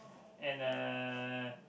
and uh